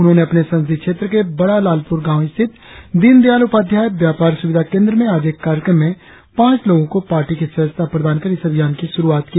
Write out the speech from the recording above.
उन्होंने अपने संसदीय क्षेत्र के बड़ा लालपुर गांव स्थित दीनदयाल उपाध्याय व्यापार सुविधा केंद्र में आज एक कार्यक्रम में पांच लोगो को पार्टी की सदस्यता प्रदान कर इस अभियान की शुरुआत की